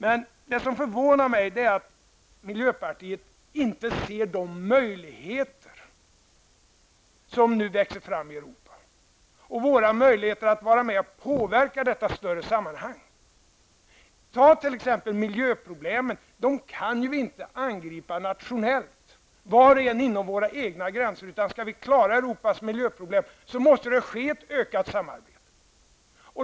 Vad som förvånar mig är att miljöpartiet inte ser de möjligheter som nu växer fram i Europa och våra möjligheter att vara med och påverka detta större sammanhang. Tag t.ex. miljöproblemen: dem kan vi inte angripa nationellt, var och en inom sina egna gränser. Skall vi klara Europas miljöproblem måste det bli ett ökat samarbete.